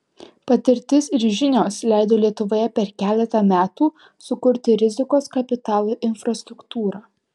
patirtis ir žinios leido lietuvoje per keletą metų sukurti rizikos kapitalo infrastruktūrą